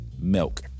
milk